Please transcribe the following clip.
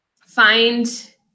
find